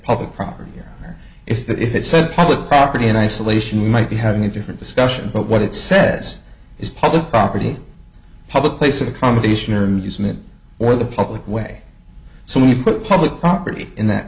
public property here or if it said public property in isolation you might be having a different discussion but what it says is public property public place of accommodation or amusement or the public way so we put public property in that